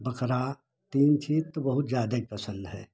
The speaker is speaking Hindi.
बकरा तीन चीज़ तो बहुत ज़्यादा ही पसंद है